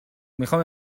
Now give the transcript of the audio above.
میخام